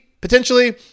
potentially